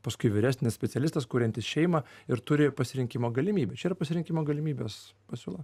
paskui vyresnis specialistas kuriantis šeimą ir turi pasirinkimo galimybę čia ir pasirinkimo galimybės pasiūla